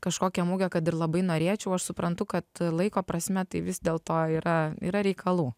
kažkokią mugę kad ir labai norėčiau aš suprantu kad laiko prasme tai vis dėlto yra yra reikalų